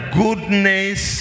goodness